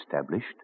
established